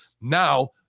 Now